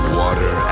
water